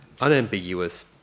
unambiguous